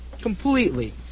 completely